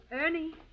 Ernie